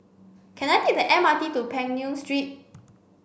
can I take the M R T to Peng Nguan Street